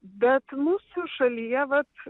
bet mūsų šalyje vat